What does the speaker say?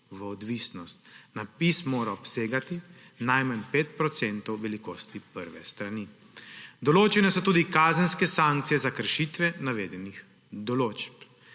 v odvisnost. Napis mora obsegati najmanj 5 % velikosti prve strani. Določene so tudi kazenske sankcije za kršitve navedenih določb.